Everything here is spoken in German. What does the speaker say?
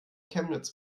chemnitz